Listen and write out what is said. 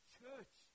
church